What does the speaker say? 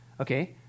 Okay